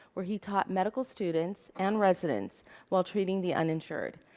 where he taught medical students and residents while treating the uninsured.